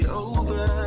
over